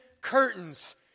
curtains